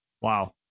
Wow